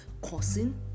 causing